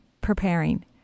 preparing